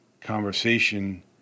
conversation